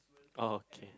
oh okay